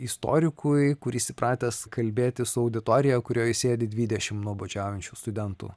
istorikui kuris įpratęs kalbėti su auditorija kurioje sėdi dvidešim nuobodžiaujančių studentų